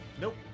Nope